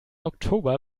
oktober